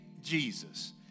Jesus